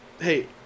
Hey